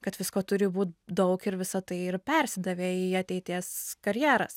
kad visko turi būt daug ir visa tai ir persidavė į ateities karjeras